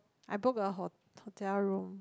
I booked a ho~ hotel room